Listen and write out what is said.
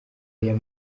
ayo